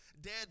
dead